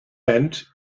hand